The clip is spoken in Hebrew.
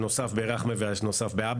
הנוספים ברכמה ובעבדה,